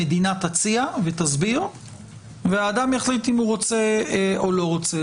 המדינה תציע ותסביר והאדם יחליט אם הוא רוצה או לא רוצה.